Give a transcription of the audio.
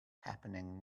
happening